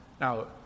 Now